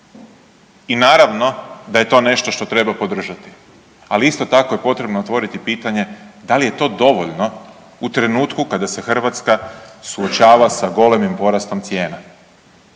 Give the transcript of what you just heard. I naravno da je to nešto što treba podržati ali isto tako je potrebno otvoriti pitanje da li je to dovoljno kada se Hrvatska suočava sa golemim porastom cijena.